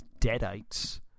deadites